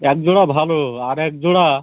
এক জোড়া ভালো আর এক জোড়া